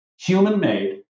human-made